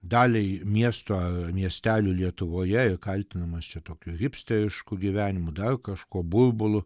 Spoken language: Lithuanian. daliai miesto miestelių lietuvoje kaltinamas čia tokiu hipsterišku gyvenimu dar kažkuo burbulu